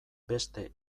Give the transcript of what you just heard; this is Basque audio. beste